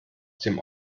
dem